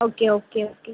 okay okay okay